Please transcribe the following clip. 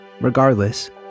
Regardless